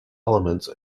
elements